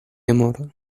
amor